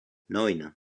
neun